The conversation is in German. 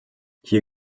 hier